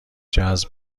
جذب